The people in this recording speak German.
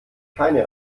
keine